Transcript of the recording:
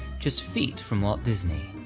just feet from walt disney.